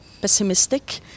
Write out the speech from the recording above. pessimistic